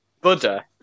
Buddha